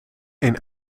een